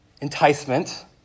enticement